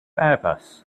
airbus